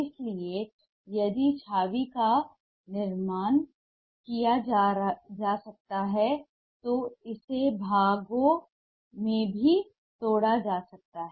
इसलिए यदि छवि का निर्माण किया जा सकता है तो इसे भागों में भी तोड़ा जा सकता है